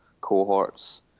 cohorts